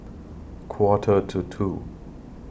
Quarter to two